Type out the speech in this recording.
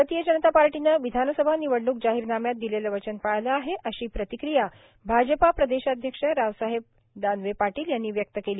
भारतीय जनता पार्टीने विधानसभा निवडणूक जाहीरनाम्यात दिलेले वचन पाळले आहे अशी प्रतिक्रिया भाजपा प्रदेशाध्यक्ष रावसाहेब दानवे पाटील यांनी व्यक्त केली